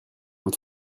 vous